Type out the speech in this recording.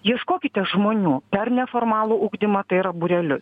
ieškokite žmonių per neformalų ugdymą tai yra būrelius